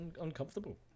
uncomfortable